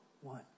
one